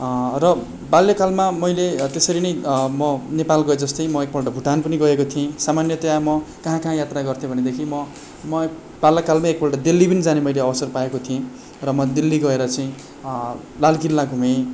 र बाल्यकालमा मैले त्यसरी नै म नेपाल गए जस्तै म एकपल्ट भुटान पनि गएको थिएँ सामान्यतयाः म कहाँ कहाँ यात्रा गर्थेँ भनेदेखि म म बाल्यकालमा एकपल्ट दिल्ली पनि जाने मैले अवसर पाएको थिएँ र दिल्ली गएर चाहिँ लालकिल्ला घुमेँ